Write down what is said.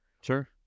Sure